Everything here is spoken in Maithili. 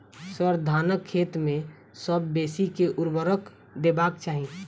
सर, धानक खेत मे सबसँ बेसी केँ ऊर्वरक देबाक चाहि